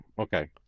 okay